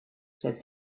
said